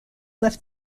left